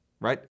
right